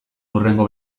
hurrengo